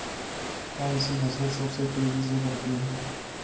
कौनसी फसल सबसे तेज़ी से बढ़ती है?